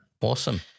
Awesome